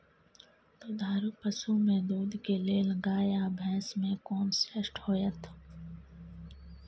दुधारू पसु में दूध के लेल गाय आ भैंस में कोन श्रेष्ठ होयत?